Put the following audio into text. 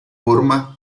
forma